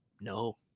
No